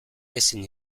ezin